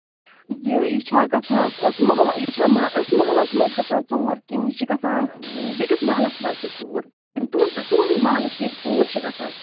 یہِ یہِ چھا گژھان أتھۍ محلَس یہِ چھا أتھۍ محلَس منٛز گژھان ژوٗر کِنہٕ یہِ چھِ گژھان بیٚیِس مَحلَس منٛز تہِ ژوٗر کِنہٕ تُہُنٛد تُہُندِ محلہٕ چھُ ییٚتہِ ژور چھِ گژھان